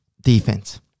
Defense